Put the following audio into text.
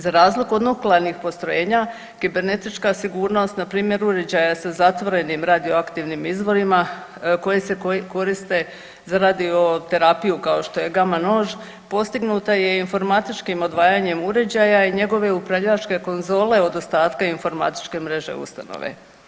Za razliku od nuklearnih postrojenja kibernetička sigurnost npr. uređaja sa zatvorim radioaktivnim izvorima koji se koriste za radio terapiju kao što je gama nož postignuta je informatičkim odvajanjem uređaja i njegove upravljačke konzole od ostatka informatičke mreže ustanove.